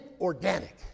organic